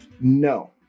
No